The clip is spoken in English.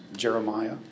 Jeremiah